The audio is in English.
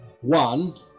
one